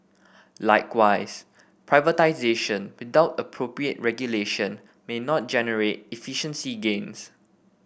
likewise privatisation without appropriate regulation may not generate efficiency gains